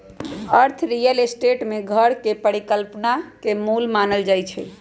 अर्थ real estate में घर के परिकल्पना के मूल मानल जाई छई